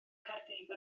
caerdydd